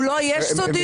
מולו יש סודיות?